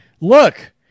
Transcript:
look